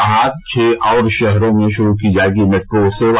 कहा छः और शहरो में शुरू की जायेगी मेट्रो सेवा